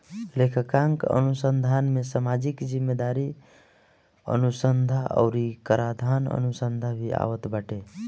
लेखांकन अनुसंधान में सामाजिक जिम्मेदारी अनुसन्धा अउरी कराधान अनुसंधान भी आवत बाटे